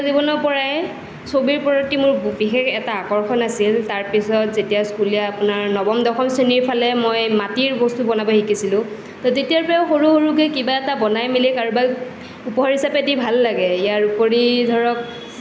স্কুলীয়া জীৱনৰ পৰাই ছবিৰ প্ৰতি মোৰ বিশেষ এটা আকৰ্ষণ আছিল তাৰ পিছত আপোনাৰ যেতিয়া স্কুলীয়া নৱম দশম শ্ৰেণীৰ ফালে মই মাটিৰ বস্তু বনাব শিকিছিলোঁ ট' তেতিয়াৰ পৰা সৰু সৰুকে কিবা এটা বনাই মেলি কাৰোবাক উপহাৰ হিছাপে দি ভালোঁ লাগে ইয়াৰ উপৰি ধৰক